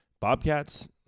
Bobcats